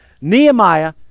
nehemiah